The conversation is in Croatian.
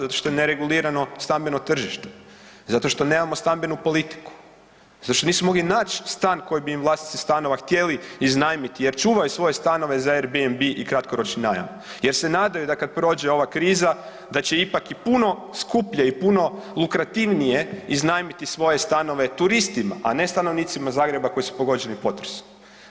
Zato što je neregulirano stambeno tržište, zato što nemamo stambenu politiku, zato što nisu mogli nać stan koji bi im vlasnici stanova htjeli iznajmiti jer čuvaju svoje stanove za … [[Govornik se ne razumije]] i kratkoročni najam jer se nadaju da kad prođe ova kriza da će ipak i puno skuplje i puno lukrativnije iznajmiti svoje stanove turistima, a ne stanovnicima Zagreba koji su pogođeni potresom.